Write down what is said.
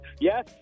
Yes